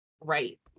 Right